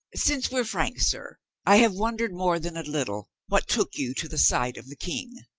since we're frank, sir, i have wondered more than a little what took you to the side of the king.